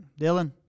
Dylan